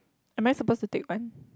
am I supposed to take one